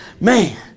Man